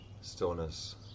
stillness